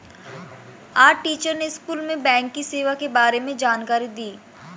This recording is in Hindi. आज टीचर ने स्कूल में बैंक की सेवा के बारे में जानकारी दी